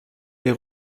est